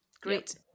great